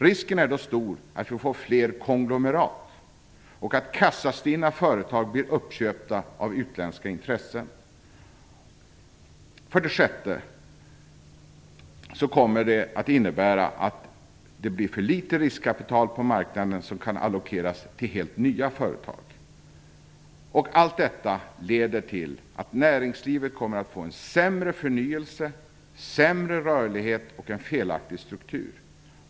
Risken är då stor att vi får fler konglomerat och att kassastinna företag blir uppköpta av utländska intressen. För det sjätte kommer för litet riskkapital på marknaden att kunna allokeras till helt nya företag. Allt detta leder till att näringslivet kommer att få en sämre förnyelse, sämre rörlighet och en felaktig struktur.